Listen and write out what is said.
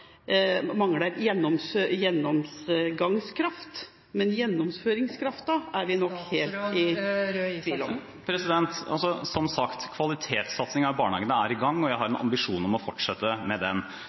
gjennomgangskraft, men gjennomføringskraften er vi nok helt i tvil om. Som sagt: Kvalitetssatsingen i barnehagen er i gang, og jeg har